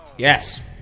Yes